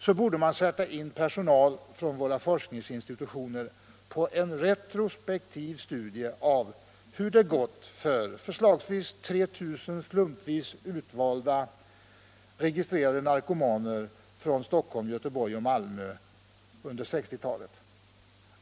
Man borde sätta in personal från våra forskningsinstitutioner på en retrospektiv studie av hur det gått för förslagsvis 3 000 slumpvis utvalda under 1960-talet registrerade narkomaner i Stockholm, Göteborg och Malmö.